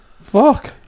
Fuck